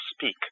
Speak